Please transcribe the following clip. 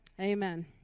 Amen